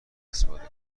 استفاده